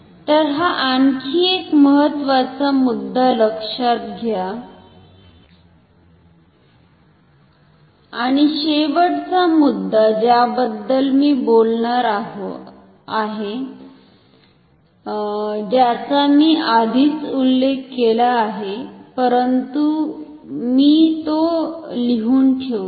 तर हा आणखी एक महत्वाचा मुद्दा लक्षात घ्या आणि शेवटचा मुद्दा ज्याबद्दल मी बोलणार आहे ज्याचा मी आधीच उल्लेख केला आहे परंतु मी तो लिहून ठेवतो